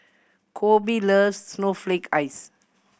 Coby loves snowflake ice